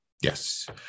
Yes